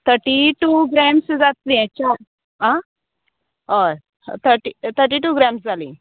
थटी two grams जातलीं हें चा आ अय थटी थटी टू ग्रॅम्स जालीं